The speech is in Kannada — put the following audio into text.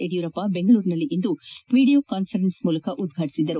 ಯಡಿಯೂರಪ್ಪ ಬೆಂಗಳೂರಿನಲ್ಲಿಂದು ವಿಡಿಯೋ ಕಾನ್ಪರೆನ್ಸ್ ಮೂಲಕ ಉದ್ಘಾಟಿಸಿದರು